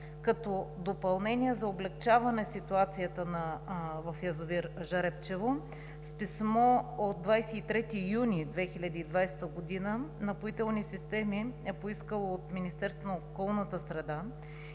Като допълнение – за облекчаване ситуацията в язовир „Жребчево“, с писмо от 23 юни 2020 г. „Напоителни системи“ е поискало от Министерството на околната среда